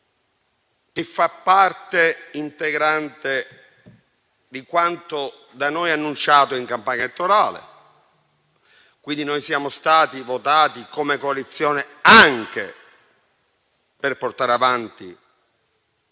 fa parte integrante di quanto da noi annunciato in campagna elettorale - quindi siamo stati votati come coalizione anche per portare avanti